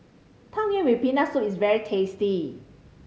Tang Yuen with Peanut Soup is very tasty